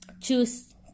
choose